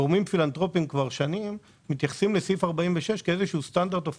גורמים פילנטרופיים מתייחסים כבר שנים לסעיף 46 כאיזשהו סטנדרט אוף